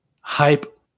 hype